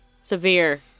severe